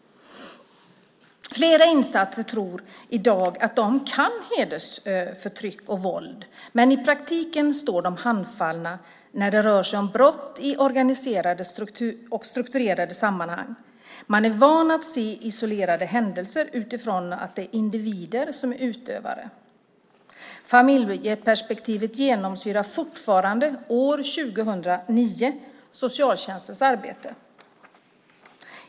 Flera instanser tror i dag att de kan hedersförtryck och våld, men i praktiken står de handfallna när det rör sig om brott i organiserade strukturerade sammanhang. Man är van att se isolerade händelser utifrån att det är individer som är utövare. Familjeperspektivet genomsyrar fortfarande, år 2009, socialtjänstens arbete.